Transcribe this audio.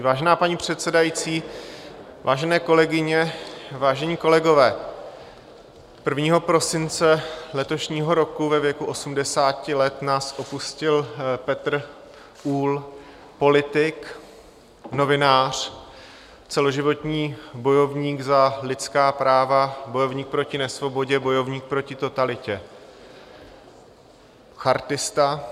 Vážená paní předsedající, vážené kolegyně, vážení kolegové, 1. prosince letošního roku ve věku 80 let nás opustil Petr Uhl, politik, novinář, celoživotní bojovník za lidská práva, bojovník proti nesvobodě, bojovník proti totalitě, chartista.